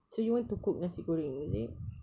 so you want to cook nasi goreng is it